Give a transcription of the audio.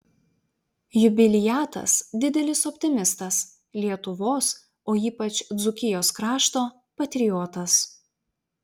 jubiliatas didelis optimistas lietuvos o ypač dzūkijos krašto patriotas